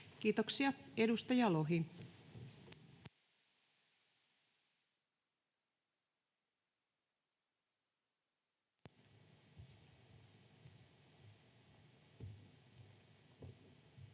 Kiitoksia. — Edustaja Lohi.